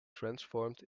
transformed